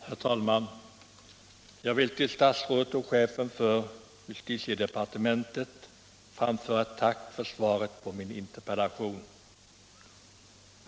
Herr talman! Jag vill till statsrådet och chefen för justitiedepartementet framföra ett tack för svaret på min interpellation.